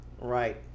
Right